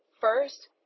first